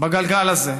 בגלגל הזה.